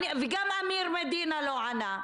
וגם אמיר מדינה לא ענה.